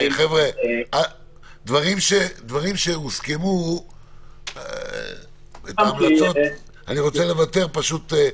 דברים שהוסכמו לא צריך לחזור עליהם,